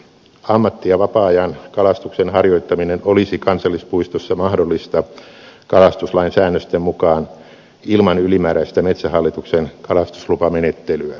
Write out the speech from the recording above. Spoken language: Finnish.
ammatti ja vapaa ajankalastuksen harjoittaminen olisi kansallispuistossa mahdollista kalastuslain säännösten mukaan ilman ylimääräistä metsähallituksen kalastuslupamenettelyä